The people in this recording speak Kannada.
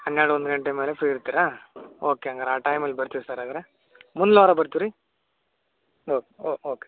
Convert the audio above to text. ಹನ್ನೆರಡು ಒಂದು ಗಂಟೆ ಮೇಲೆ ಫ್ರೀ ಇರ್ತೀರಾ ಓಕೆ ಹಂಗರ್ ಆ ಟೈಮಲ್ಲಿ ಬರ್ತೀವಿ ಸರ್ ಹಾಗಾರೆ ಮುಂದಿನ ವಾರ ಬರ್ತೀವಿ ರೀ ಓಕ್ ಓಕೆ